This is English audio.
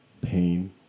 pain